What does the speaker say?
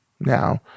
now